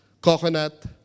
coconut